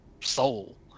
soul